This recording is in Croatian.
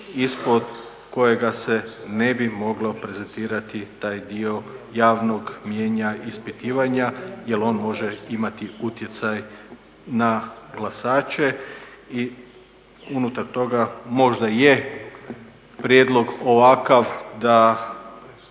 ispod kojega se ne bi moglo prezentirati taj dio javnog mijenja ispitivanja jel on može imati utjecaj na glasače. I unutar toga možda je prijedlog ovakav da